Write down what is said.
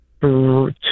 two